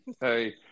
Hey